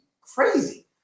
crazy